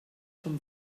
vom